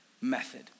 method